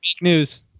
News